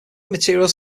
materials